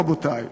רבותי.